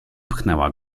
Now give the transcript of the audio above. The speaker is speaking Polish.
pchnęła